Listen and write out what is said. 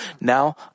Now